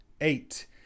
Eight